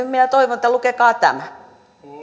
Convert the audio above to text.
minä toivon lukekaa tämä